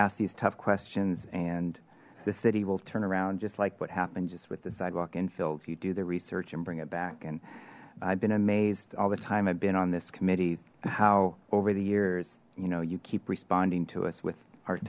ask these tough questions and the city will turn around just like what happened just with the sidewalk in fields you do the research and bring it back and i've been amazed all the time i've been on this committee how over the years you know you keep responding to us with